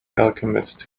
alchemist